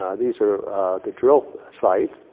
these are the drill sites.